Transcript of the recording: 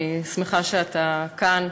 אני שמחה שאתה כאן,